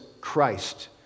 Christ